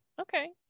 Okay